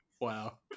Wow